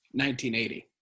1980